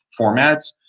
formats